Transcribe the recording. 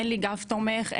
אין לי גב תומך,